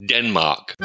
Denmark